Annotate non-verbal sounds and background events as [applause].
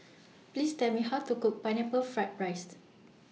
[noise] Please Tell Me How to Cook Pineapple Fried Rice